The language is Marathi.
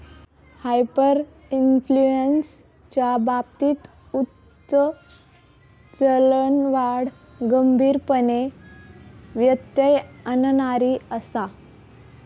हायपरइन्फ्लेशनच्या बाबतीत उच्च चलनवाढ गंभीरपणे व्यत्यय आणणारी आसा